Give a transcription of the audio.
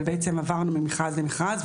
אבל בעצם עברנו ממכרז למכרז,